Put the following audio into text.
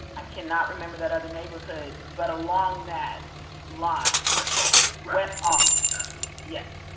i cannot remember that other neighborhood, but along that line. west austin. west austin. absolutely. yes.